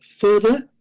Further